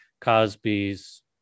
Cosby's